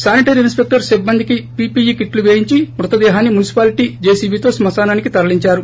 sanitary inspector సిబ్బందికి PPE కిట్లు పేయించి మృతదేహాన్ని మున్నిపాలిటీ జేసీబీతో శ్క శానానికి తరలించారు